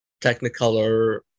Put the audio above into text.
Technicolor